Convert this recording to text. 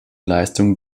leistungen